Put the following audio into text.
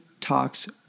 talks